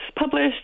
published